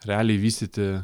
realiai vystyti